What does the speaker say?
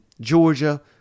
Georgia